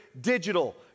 digital